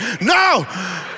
No